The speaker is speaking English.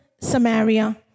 Samaria